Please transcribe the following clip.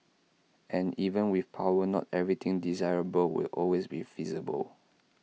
and even with power not everything desirable will always be feasible